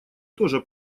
тоже